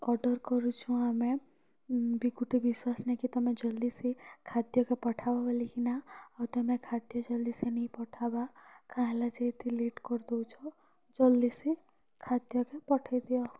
order କରୁଛୁ ଆମେ ବି ଗୁଟେ ବିଶ୍ୱାସ ନେଇକି ତମେ ଜଲ୍ଦି ସେ ଖାଦ୍ୟ କେ ପଠାଓ ବୋଲି କିନା ଆଉ ତମେ ଖାଦ୍ୟ ଜଲ୍ଦି ସେ ନେଇ ପଠାବା କାହା ହେଲା ଯେ ଏତେ ଲେଟ୍ କରି ଦଉଛ ଜଲ୍ଦି ସେ ଖାଦ୍ୟ କେ ପଠେଇ ଦିଅ